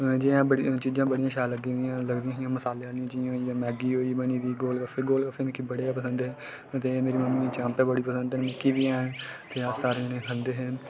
चीजां बड़ियां शैल लगदियां हियां जि'यां मसाले आह्लियां मैगी होई बनी दी गोल गफ्फे गोल गफ्फे मिगी बड़े गै पसंद हे ते मेरी मम्मी गी चांपां बड़ी पसंद न मिगी बी हैन ते अस सारे जने खंदे हे